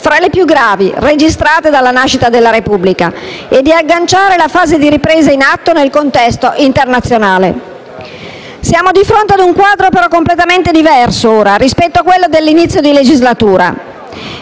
fra le più gravi registrate dalla nascita della Repubblica, e di agganciare la fase di ripresa in atto nel contesto internazionale. Ora siamo di fronte ad un quadro completamente diverso rispetto a quello di inizio legislatura